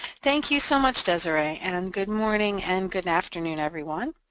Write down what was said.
thank you so much, desiree, and good morning and good afternoon, everyone.